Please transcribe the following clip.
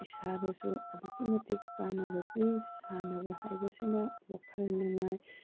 ꯏꯁꯥꯗꯁꯨ ꯑꯗꯨꯛꯀꯤ ꯃꯇꯤꯛ ꯀꯥꯟꯅꯕ ꯄꯤ ꯁꯥꯟꯅꯕ ꯍꯥꯏꯕꯁꯤꯅ ꯋꯥꯈꯜ ꯅꯨꯡꯉꯥꯏ